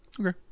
Okay